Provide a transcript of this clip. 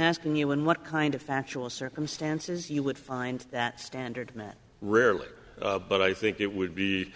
asking you in what kind of factual circumstances you would find that standard that rarely but i think it would be